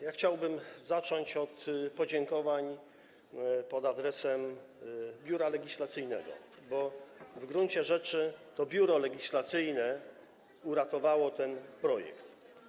Ja chciałbym zacząć od podziękowań pod adresem Biura Legislacyjnego, bo w gruncie rzeczy to Biuro Legislacyjne uratowało ten projekt.